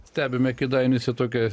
stebime kėdainiuose tokią